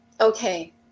Okay